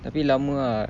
tapi lama ah